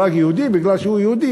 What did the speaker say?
שהוא הרג יהודי בגלל שהוא יהודי,